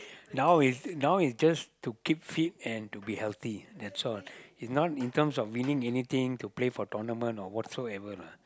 now it's now it's just to keep fit and to be healthy that's all is not in terms of winning anything to play for tournament or whatsoever lah